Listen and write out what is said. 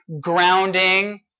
grounding